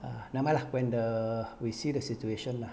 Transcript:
ah never mind lah when the we see the situation lah